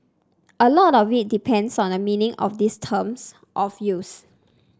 a lot of it depends on a meaning of these terms of use